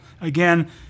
Again